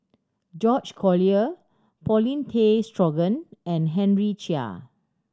George Collyer Paulin Tay Straughan and Henry Chia